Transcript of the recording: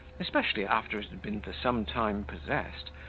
especially after it had been for some time possessed,